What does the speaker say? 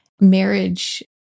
marriage